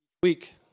week